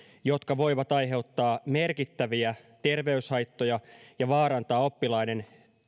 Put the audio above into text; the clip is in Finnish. jotka voivat aiheuttaa merkittäviä terveyshaittoja ja vaarantaa oppilaiden